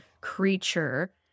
creature